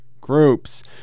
Groups